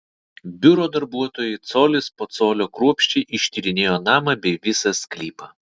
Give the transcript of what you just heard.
biuro darbuotojai colis po colio kruopščiai ištyrinėjo namą bei visą sklypą